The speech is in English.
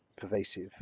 pervasive